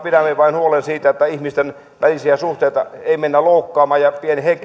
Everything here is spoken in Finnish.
pidämme vain huolen siitä että ihmisten välisiä suhteita ei mennä loukkaamaan ja